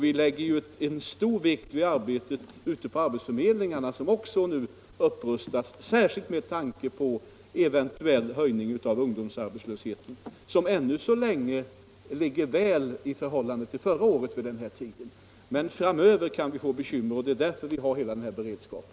Vi lägger stor vikt vid arbetet ute på arbetsförmedlingarna, som också nu rustas upp, särskilt med tanke på eventuell höjning av ungdomsarbetslösheten, vilken ännu så länge ligger väl till i jämförelse med förhållandena vid den här tiden förra året. Men framöver kan vi få bekymmer, och det är därför vi har hela den här beredskapen.